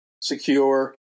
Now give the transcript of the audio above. secure